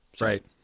Right